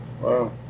Wow